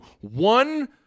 one